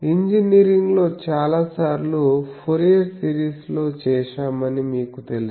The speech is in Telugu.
ఇంజనీరింగ్లో చాలా సార్లు ఫోరియర్ సిరీస్ లో చేశామని మీకు తెలుసు